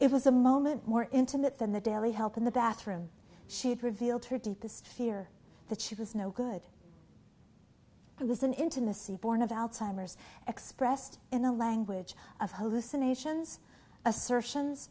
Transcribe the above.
it was a moment more intimate than the daily help in the bathroom she had revealed her deepest fear that she was no good it was an intimacy born of alzheimer's expressed in the language of hallucinations assertions